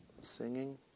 singing